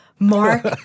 Mark